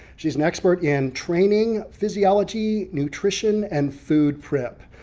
she's an expert in training physiology, nutrition and food prep.